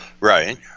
Right